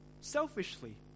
selfishly